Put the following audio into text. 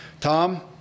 Tom